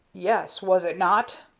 yes, was it not?